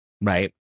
Right